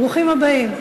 ברוכים הבאים.